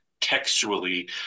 textually